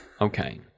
Okay